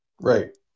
Right